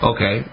Okay